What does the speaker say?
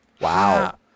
Wow